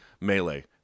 melee